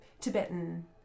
Tibetan